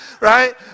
right